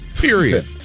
Period